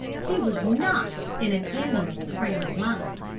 he was not in an amiable frame of mind,